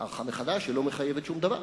הערכה מחדש לא מחייבת שום דבר.